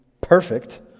perfect